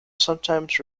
sometimes